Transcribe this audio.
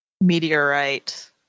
Meteorite